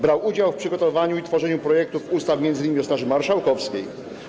Brał udział w przygotowywaniu i tworzeniu projektów ustaw, m.in. o Straży Marszałkowskiej.